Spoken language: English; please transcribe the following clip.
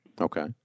Okay